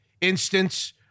instance